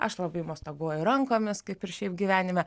aš labai mostaguoju rankomis kaip ir šiaip gyvenime